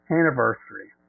anniversary